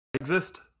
Exist